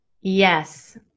Yes